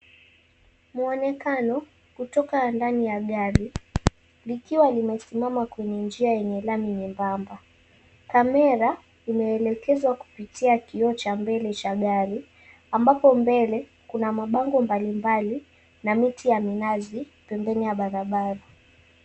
Muonekano kutoka ndani ya gari, likiwa limesimama kwenye njia yenye lami nyembamba. Camera imeelekezwa kupitia kioo cha mbele cha gari ambapo mbele kuna mabango mbalimbali na miti tya minazi pembeni ya barabara.